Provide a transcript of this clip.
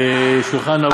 "שולחן ערוך",